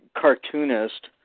cartoonist